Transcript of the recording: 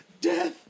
death